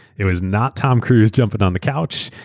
it was not tom cruise jumping on the couch.